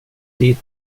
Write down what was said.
dit